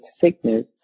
sickness